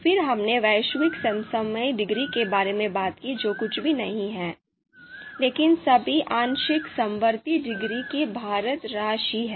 फिर हमने वैश्विक समसामयिक डिग्री के बारे में बात की जो कुछ भी नहीं है लेकिन सभी आंशिक समवर्ती डिग्री की भारित राशि है